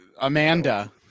Amanda